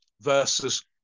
versus